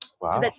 wow